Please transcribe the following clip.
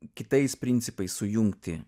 kitais principais sujungti